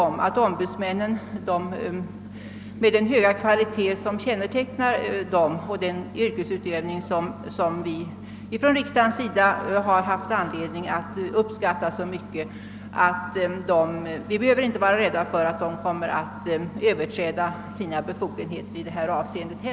Med den höga kvalitet som utmärker ombudsmännen och deras yrkesutövning — som riksdagen har haft anledning uppskatta i många sammanhang — tror jag inte heller att vi behöver vara rädda för att de kommer att överträda sina befogenheter i dessa avseenden.